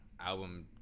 Album